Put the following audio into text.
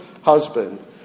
husband